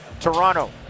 Toronto